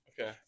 Okay